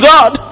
God